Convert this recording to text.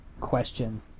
question